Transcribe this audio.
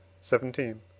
seventeen